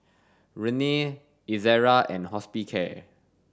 Rene Ezerra and Hospicare